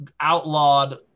outlawed